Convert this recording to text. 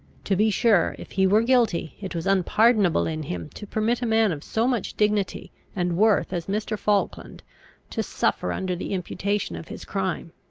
to be sure, if he were guilty, it was unpardonable in him to permit a man of so much dignity and worth as mr. falkland to suffer under the imputation of his crime!